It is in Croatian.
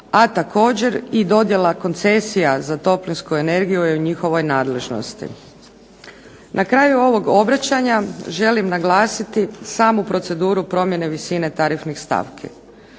a također i dodjela koncesija za toplinsku energiju u njihovoj nadležnosti. Na kraju ovog obraćanja želim naglasiti samu proceduru promjene visine tarifnih stavki.